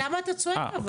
רגע, למה אתה צועק אבל?